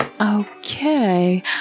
Okay